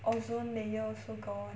ozone layer also gone